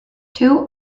two